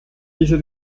diese